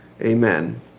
Amen